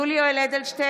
יולי יואל אדלשטיין,